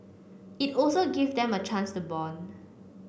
it also gave them a chance to bond